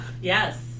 Yes